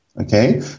Okay